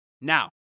Now